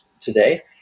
today